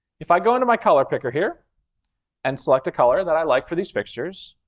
if i go into my color picker here and select a color that i like for these fixtures,